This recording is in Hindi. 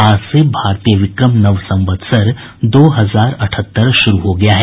आज से भारतीय विक्रम नव संवत्सर दो हजार अठहत्तर शुरू हो गया है